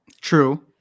true